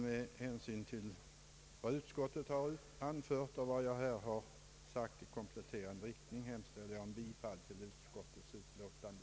Med hänsyn till vad utskottet har anfört och vad jag här har sagt såsom komplettering hemställer jag om bifall till utskottets utlåtande.